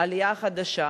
העלייה החדשה,